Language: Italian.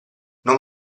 non